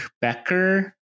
Becker